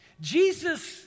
Jesus